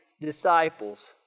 disciples